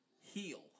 heal